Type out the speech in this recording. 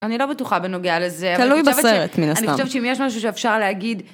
אני לא בטוחה בנוגע לזה. תלוי בסרט מן הסתם. אני חושבת שאם יש משהו שאפשר להגיד...